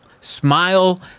Smile